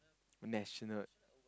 national